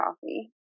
coffee